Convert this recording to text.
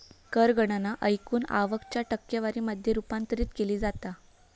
कर गणना एकूण आवक च्या टक्केवारी मध्ये रूपांतरित केली जाता